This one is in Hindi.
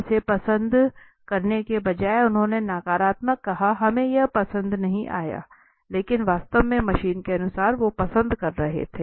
इसे पसंद करने के बजाय उन्होंने नकारात्मक कहा हमें यह पसंद नहीं आया लेकिन वास्तव में मशीन के अनुसार वो पसंद कर रहे थे